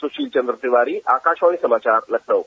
सुशील चन्द्र तिवारी आकाशवाणी समाचार लखनऊ